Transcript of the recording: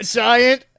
giant